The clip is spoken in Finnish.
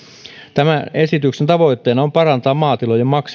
tämän esityksen tavoitteena on parantaa maatilojen